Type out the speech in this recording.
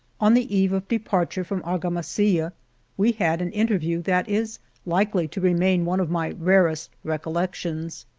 on the eve of departure from argamasilla we had an interview that is likely to remain one of my rarest recollections.